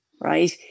right